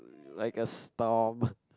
like a storm